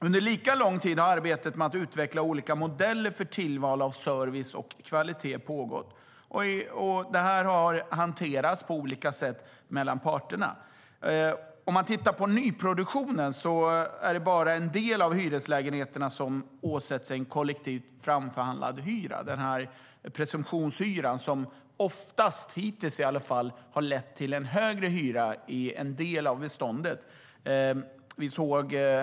Under lika lång tid har arbete pågått med att utveckla olika modeller för tillval av service och kvalitet. Detta har hanterats på olika sätt av parterna. Av de nyproducerade lägenheterna är det bara en del som åsätts en kollektivt framförhandlad hyra, den så kallade presumtionshyran, vilket hittills ofta har inneburit att en del av beståndet fått högre hyra.